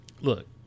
Look